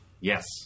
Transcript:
Yes